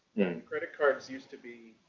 credit cards used to be